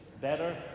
better